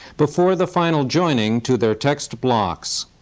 before the final joining to their text blocks.